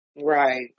Right